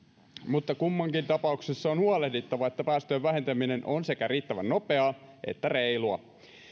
mutta kummankin tapauksessa on huolehdittava että päästöjen vähentäminen on sekä riittävän nopeaa että reilua